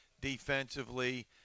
defensively